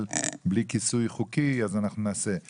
בלי כיסוי חוקי אז אנחנו נעשה את זה.